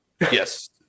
yes